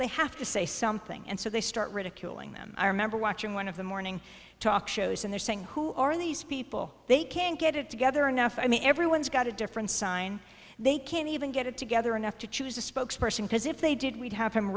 they have to say something and so they start ridiculing them i remember watching one of the morning talk shows and they're saying who are these people they can't get it together enough i mean everyone's got a different sign they can't even get it together enough to choose a spokesperson because if they did we'd have